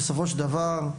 אתה צודק,